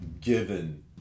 Given